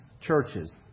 churches